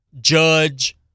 Judge